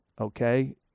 okay